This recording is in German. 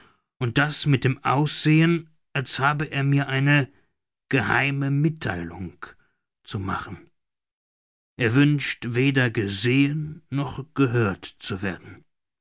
und das mit dem aussehen als habe er mir eine geheime mittheilung zu machen er wünscht weder gesehen noch gehört zu werden